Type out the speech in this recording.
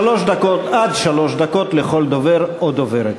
עד שלוש דקות לכל דובר או דוברת.